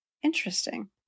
Interesting